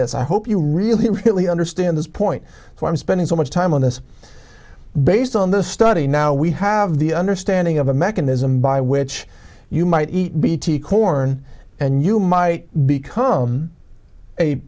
this i hope you really really understand this point so i'm spending so much time on this based on this study now we have the understanding of a mechanism by which you might eat bt corn and you might become a